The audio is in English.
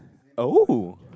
oh